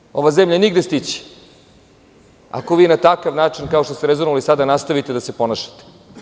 Ne može ova zemlja nigde stići ako vi na takav način, kao što ste rezonovali sada, nastavite da se ponašate.